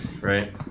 right